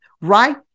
right